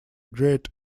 great